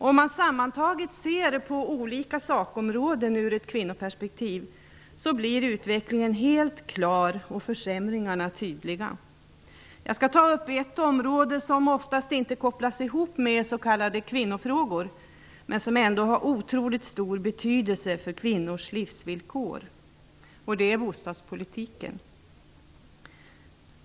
Om man sammantaget ser på olika sakområden ur ett kvinnoperspektiv blir utvecklingen helt klar och försämringarna tydliga. Jag skall ta upp ett område som oftast inte kopplas ihop med s.k. kvinnofrågor men som ändå har otroligt stor betydelse för kvinnors livsvillkor. Det är bostadspolitiken.